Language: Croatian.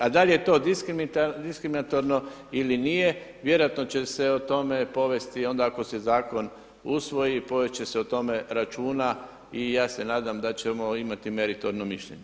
A da li je to diskriminatorno ili nije, vjerojatno će se o tome povesti onda ako se zakon usvoji povest će se o tome računa i ja se nadam da ćemo imati meritorno mišljenje.